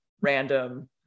random